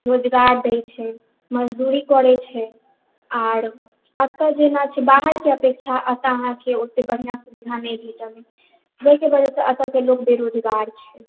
रोजगार दै छै मजदूरी करै छै आर एतय जेना छै बाहर जेकाँ अच्छा सुविधा नहि मिल रहल छै जाहिके वजहसे एतुका लोक बेरोजगार छै